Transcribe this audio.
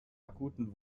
akuten